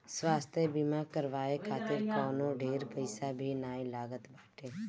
स्वास्थ्य बीमा करवाए खातिर कवनो ढेर पईसा भी नाइ लागत बाटे